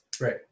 right